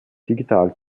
digital